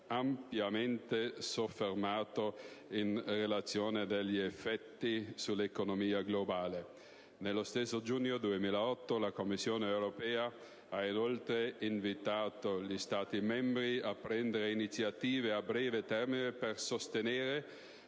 ampiamente soffermato in relazione agli effetti sull'economia globale. Nello stesso giugno 2008 la Commissione europea ha inoltre invitato gli Stati membri a prendere iniziative a breve termine per sostenere